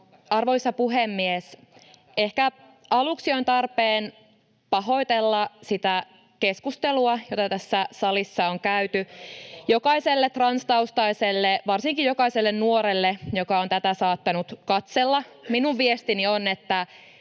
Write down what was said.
Arvoisa puhemies! Ehkä aluksi on tarpeen pahoitella sitä keskustelua, jota tässä salissa on käyty, [Mauri Peltokangas: Ei tarvitse pahoitella!] jokaiselle transtaustaiselle — varsinkin jokaiselle nuorelle, joka on saattanut katsella tätä. Minun viestini on, että